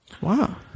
Wow